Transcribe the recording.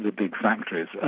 big factories?